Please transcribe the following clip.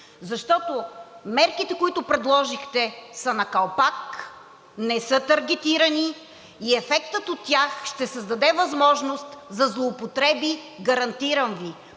защото мерките, които предложихте, са на калпак, не са таргетирани и ефектът от тях ще създаде възможност за злоупотреби, гарантирам Ви.